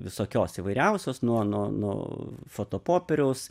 visokios įvairiausios nuo nuo nuo foto popieriaus